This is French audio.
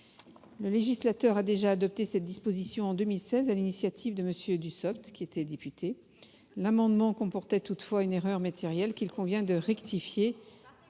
le législateur a déjà adopté cette disposition en 2016 sur l'initiative de M. Dussopt, alors député. L'amendement comportait toutefois une erreur matérielle, qu'il convient de rectifier.